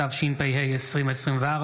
התשפ"ה 2024,